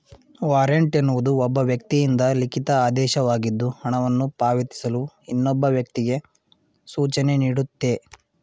warrant ಎನ್ನುವುದು ಒಬ್ಬ ವ್ಯಕ್ತಿಯಿಂದ ಲಿಖಿತ ಆದೇಶವಾಗಿದ್ದು ಹಣವನ್ನು ಪಾವತಿಸಲು ಇನ್ನೊಬ್ಬ ವ್ಯಕ್ತಿಗೆ ಸೂಚನೆನೀಡುತ್ತೆ